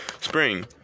Spring